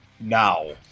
now